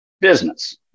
business